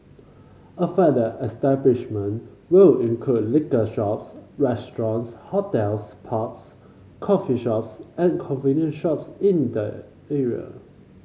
affected establishment will include liquor shops restaurants hotels pubs coffee shops and convenience shops in the area